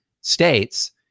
states